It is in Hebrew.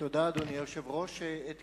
אדוני היושב-ראש, תודה.